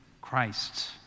Christ